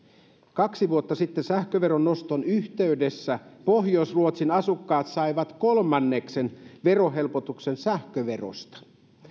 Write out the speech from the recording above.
kaksi vuotta sitten sähköveron noston yhteydessä pohjois ruotsin asukkaat saivat kolmanneksen verohelpotuksen sähköverosta